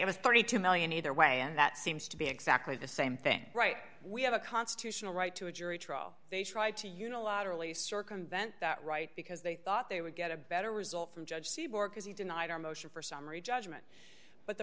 it was thirty two million either way and that seems to be exactly the same thing right we have a constitutional right to a jury trial they tried to unilaterally circumvent that right because they thought they would get a better result from judge c bork as he denied our motion for summary judgment but the